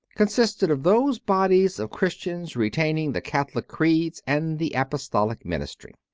con sisted of those bodies of christians retaining the catholic creeds and the apostolic ministry.